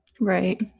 Right